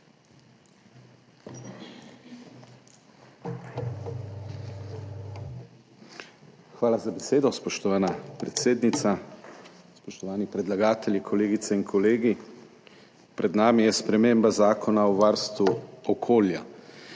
Hvala za besedo, spoštovana predsednica. Spoštovani predlagatelji, kolegice in kolegi! Pred nami je sprememba Zakona o varstvu okolja.